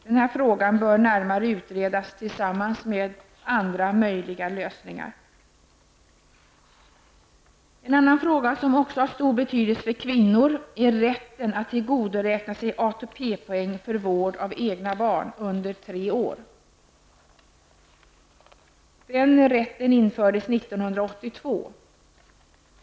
Denna fråga bör närmare utredas tillsammans med andra möjliga lösningar. En annan fråga som också har stor betydelse för kvinnor är rätten att tillgodoräkna sig ATP-poäng för vård av egna barn under tre år. Denna rätt infördes 1982.